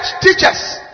teachers